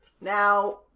Now